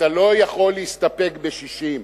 אתה לא יכול להסתפק ב-60.